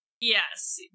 Yes